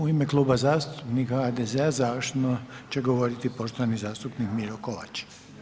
U ime Kluba zastupnika HDZ-a, završno će govoriti poštovani zastupnik Miro Kovač.